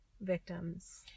victims